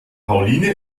pauline